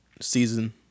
season